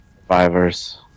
Survivors